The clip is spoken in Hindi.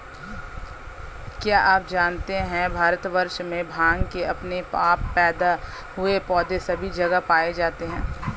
क्या आप जानते है भारतवर्ष में भांग के अपने आप पैदा हुए पौधे सभी जगह पाये जाते हैं?